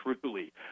truly